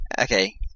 Okay